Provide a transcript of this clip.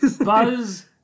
Buzz